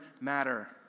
matter